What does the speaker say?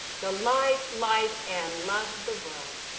the life, light, and love of the world.